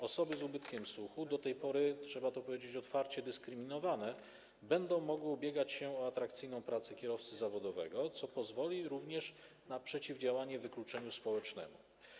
Osoby z ubytkiem słuchu, do tej pory, trzeba to powiedzieć otwarcie, dyskryminowane, będą mogły ubiegać się o atrakcyjną pracę kierowcy zawodowego, co pozwoli również na przeciwdziałanie wykluczeniu społecznemu.